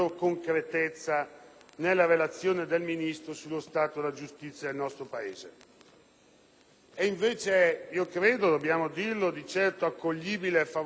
nella relazione del Ministro sullo stato della giustizia nel nostro Paese. È invece, credo - dobbiamo dirlo - di certo accoglibile favorevolmente